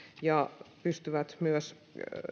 ja pystyvät myös